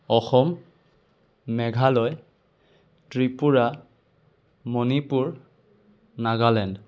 Assam Meghalaya Tripura Manipur Nagaland